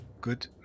good